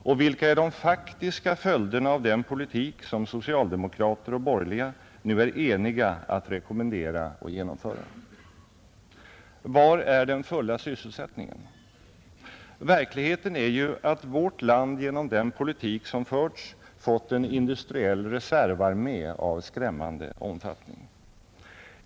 Och vilka är de faktiska följderna av den politik som socialdemokrater och borgerliga nu är eniga om att rekommendera och genomföra? Var är den fulla sysselsättningen? Verkligheten är ju att vårt land till följd av den politik som förts fått en industriell reservarmé av skrämmande omfattning.